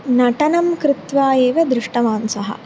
नटनं कृत्वा एव दृष्टवान् सः